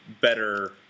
better